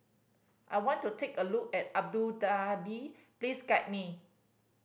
I want to take a look at Abu Dhabi please guide me